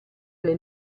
alle